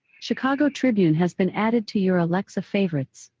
chicago tribune has been added to your alexa favorites.